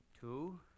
Two